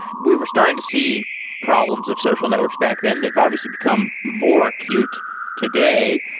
we were starting to see problems of social networks back then. they've obviously become more acute today.